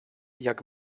jak